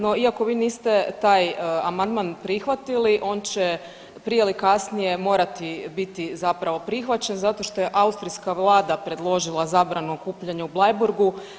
No iako vi niste taj amandman prihvatili on će prije ili kasnije morati biti zapravo prihvaćen zato što je austrijska vlada predložila zabranu okupljanja u Bleiburgu.